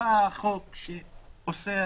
בא החוק שאוסר.